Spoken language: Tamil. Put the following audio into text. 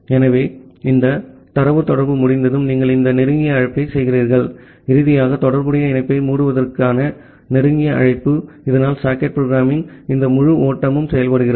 ஆகவே இந்த தரவுத் தொடர்பு முடிந்ததும் நீங்கள் இந்த நெருங்கிய அழைப்பைச் செய்கிறீர்கள் இறுதியாக தொடர்புடைய இணைப்பை மூடுவதற்கான நெருங்கிய அழைப்பு ஆகும் இதனால் சாக்கெட் புரோக்ராம்மிங் இந்த முழு ஓட்டமும் செயல்படுகிறது